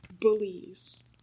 bullies